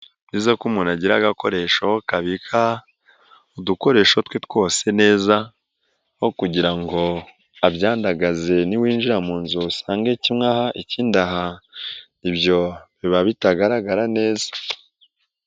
Ni byiza ko umuntu agira agakoresho kabika udukoresho twe twose neza aho kugira ngo abyandagaze niwinjira mu nzu usange ikimwe aha ikindi aha ibyo biba bitagaragara neza.